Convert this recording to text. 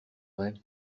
vrai